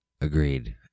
Agreed